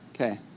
Okay